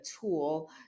tool